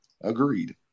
agreed